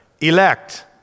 elect